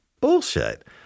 bullshit